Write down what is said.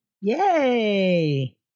Yay